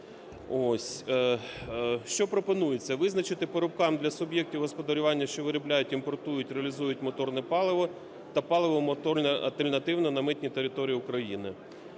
Що пропонується? Визначити ... для суб'єктів господарювання, що виробляють, імпортують, реалізують моторне паливо та паливо моторне альтернативне на митній території України.